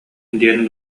диэн